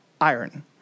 iron